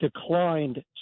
declined